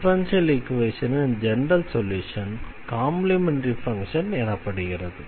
differential ஈக்வேஷனின் general solution complementary function எனப்படுகிறது